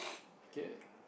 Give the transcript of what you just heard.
a kid